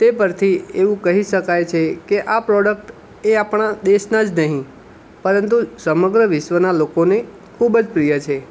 તે પરથી એવું કહી શકાય છે કે આ પ્રોડક્ટ એ આપણા દેશના જ નહીં પરંતુ સમગ્ર વિશ્વના લોકોને ખૂબ જ પ્રિય છે